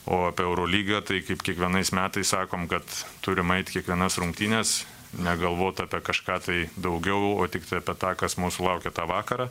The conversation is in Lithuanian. o apie eurolygą tai kaip kiekvienais metais sakom kad turim eit į kiekvienas rungtynes negalvot apie kažką tai daugiau o tiktai apie tą kas mūsų laukia tą vakarą